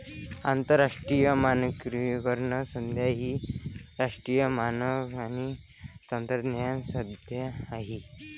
आंतरराष्ट्रीय मानकीकरण संस्था ही राष्ट्रीय मानक आणि तंत्रज्ञान संस्था आहे